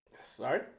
Sorry